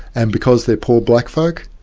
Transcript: and because they're poor black folk,